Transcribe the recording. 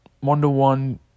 one-to-one